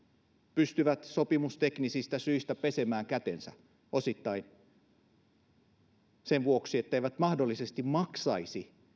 pystyvät sopimusteknisistä syistä osittain pesemään kätensä sen vuoksi etteivät mahdollisesti maksaisi